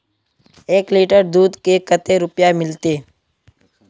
एक लीटर दूध के कते रुपया मिलते?